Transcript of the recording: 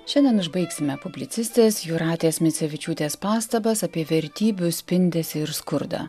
šiandien užbaigsime publicistės jūratės micevičiūtės pastabas apie vertybių spindesį ir skurdą